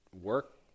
work